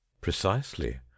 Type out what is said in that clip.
precisely